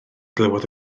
glywodd